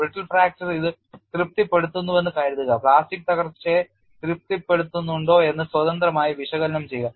brittle fracture ഇത് തൃപ്തിപ്പെടുത്തുന്നുവെന്ന് കരുതുക പ്ലാസ്റ്റിക് തകർച്ചയെ തൃപ്തിപ്പെടുത്തുന്നുണ്ടോ എന്ന് സ്വതന്ത്രമായി വിശകലനം ചെയ്യുക